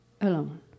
alone